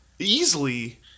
easily